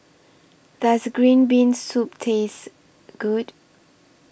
Does Green Bean Soup Taste Good